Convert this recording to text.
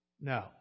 No